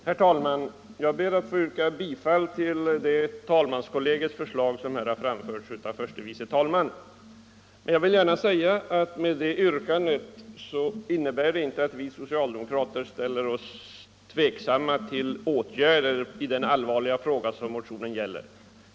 Herr talman! Jag ber att få yrka bifall till talmanskonferensens förslag, som här har framförts av förste vice talmannen. Men jag vill gärna säga att det yrkandet inte innebär att vi socialdemokrater ställer oss tveksamma till åtgärder i den allvarliga fråga som motionen gäller.